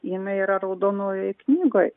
jinai yra raudonojoj knygoj